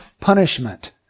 punishment